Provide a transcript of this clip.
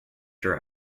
sure